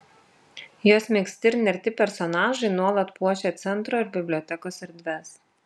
jos megzti ir nerti personažai nuolat puošia centro ir bibliotekos erdves